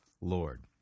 Lord